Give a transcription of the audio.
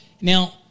Now